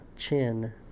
chin